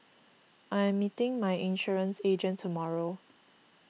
I am meeting my insurance agent tomorrow